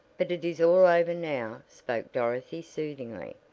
but it is all over now, spoke dorothy soothingly,